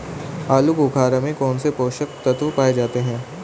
आलूबुखारा में कौन से पोषक तत्व पाए जाते हैं?